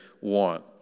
want